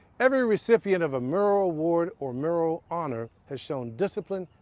every recipient of a murrow award or murrow honor has shown discipline,